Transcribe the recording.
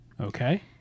Okay